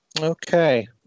Okay